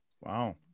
Wow